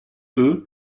est